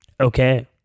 Okay